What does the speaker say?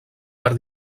per